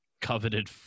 coveted